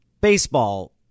Baseball—